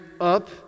up